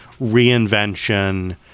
reinvention